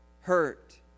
hurt